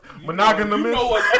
Monogamous